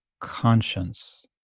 conscience